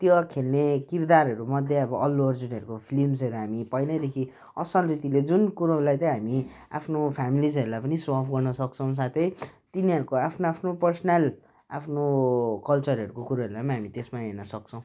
त्यो खेल्ने किरदारहरूमध्ये अब अल्लु अर्जुनहरूको फिल्म्सहरू हामी पहिलैदेखि असल रीतिले जुन कुरोलाई चाहिँ हामी आफ्नो फ्यामिलिजहरूलाई पनि सो अफ् गर्नसक्छौँ साथै तिनीहरूको आफ्नो पर्सनल आफ्नो कल्चरहरूको कुरोहरूलाई पनि हामी त्यसमा हेर्नसक्छौँ